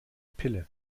pille